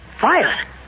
Fire